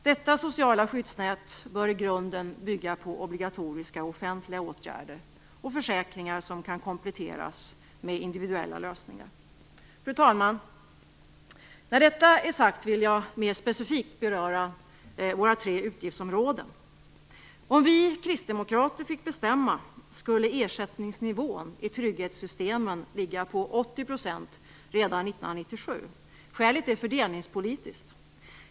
Detta sociala skyddsnät bör i grunden bygga på obligatoriska och offentliga åtgärder och försäkringar som kan kompletteras med individuella lösningar. Fru talman! När detta är sagt vill jag mer specifikt beröra våra tre utgiftsområden. Om vi kristdemokrater fick bestämma skulle ersättningsnivån i trygghetssystemen ligga på 80 % redan 1997. Skälet är fördelningspolitiskt.